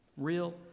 real